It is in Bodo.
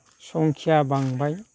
संखिया बांबाय